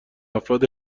افراد